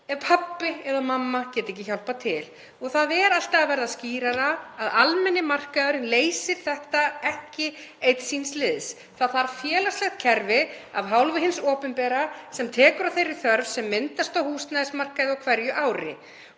ef pabbi eða mamma geta ekki hjálpað til. Það er alltaf að verða skýrara að almenni markaðurinn leysir þetta ekki einn síns liðs. Það þarf félagslegt kerfi af hálfu hins opinbera sem tekur á þeirri þörf sem myndast á húsnæðismarkaði á hverju ári.